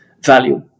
value